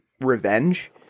revenge